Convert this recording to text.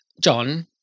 John